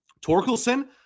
Torkelson